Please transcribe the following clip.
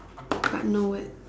but no word